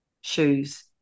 shoes